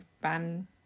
Ban